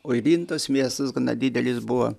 o ir intos miestas gana didelis buvo